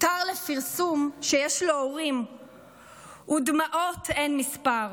// הותר לפרסום / שיש לו הורים ודמעות אין מספר /